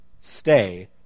stay